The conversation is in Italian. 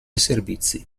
servizi